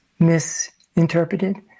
misinterpreted